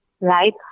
right